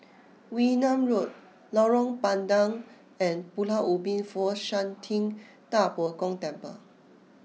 Wee Nam Road Lorong Bandang and Pulau Ubin Fo Shan Ting Da Bo Gong Temple